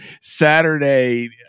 saturday